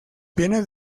bienes